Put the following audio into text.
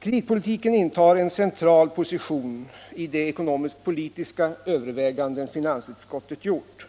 Kreditpolitiken intar en central position i de ekonomisk-politiska överväganden finansutskottet gjort.